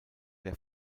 der